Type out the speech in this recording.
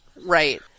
Right